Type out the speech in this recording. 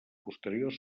posteriors